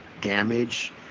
damage